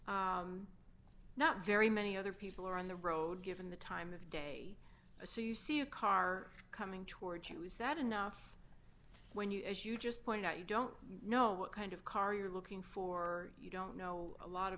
not very many other people are on the road given the time of day so you see a car coming towards you is that enough when you as you just point out you don't know what kind of car you're looking for you don't know a lot of